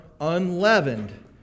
unleavened